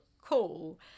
cool